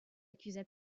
accusa